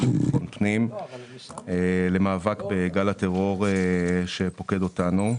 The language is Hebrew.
לביטחון פנים למאבק בגל הטרור שפוקד אותנו.